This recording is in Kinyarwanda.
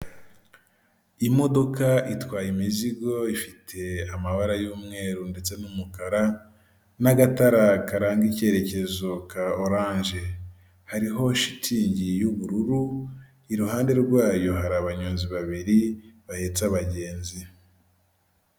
Icyumba kigaragara nkaho hari ahantu bigira ikoranabuhanga, hari abagabo babiri ndetse hari n'undi utari kugaragara neza, umwe yambaye ishati y'iroze undi yambaye ishati y'umutuku irimo utubara tw'umukara, imbere yabo hari amaterefoni menshi bigaragara ko bari kwihugura.